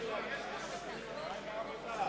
לא להודיע לי או לחברים שינהלו את הישיבה